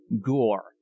Gore